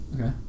Okay